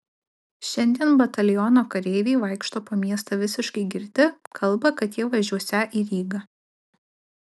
šiandien bataliono kareiviai vaikšto po miestą visiškai girti kalba kad jie važiuosią į rygą